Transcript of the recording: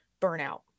burnout